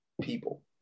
people